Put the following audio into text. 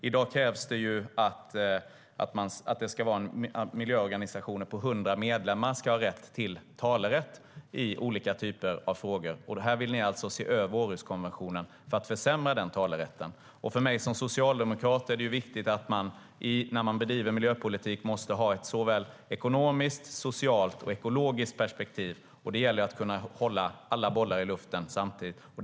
I dag krävs det ju att miljöorganisationer har 100 medlemmar för att ha talerätt i olika typer av frågor, och ni vill alltså se över Århuskonventionen för att försämra talerätten. För mig som socialdemokrat är det viktigt att man när man bedriver miljöpolitik har ett såväl ekonomiskt och socialt som ekologiskt perspektiv. Det gäller att kunna hålla alla bollar i luften samtidigt.